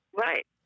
right